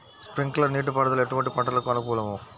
Sprinkler నీటిపారుదల ఎటువంటి పంటలకు అనుకూలము?